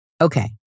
Okay